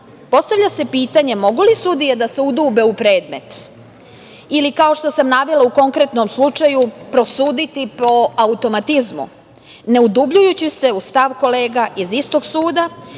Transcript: postavlja se pitanje mogu li sudije da se udube u predmet? Ili, kao što sam navela u konkretnom slučaju, prosuditi po automatizmu, ne udubljujući se u stav kolega iz istog suda